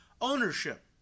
ownership